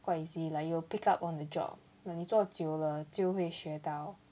quite easy like you will pick up on the job 你做久了就会学到